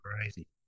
crazy